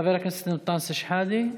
של חבר הכנסת אנטאנס שחאדה: